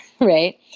right